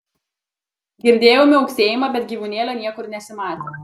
girdėjau miauksėjimą bet gyvūnėlio niekur nesimatė